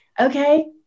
okay